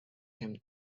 him